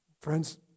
Friends